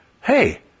Hey